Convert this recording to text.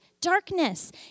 darkness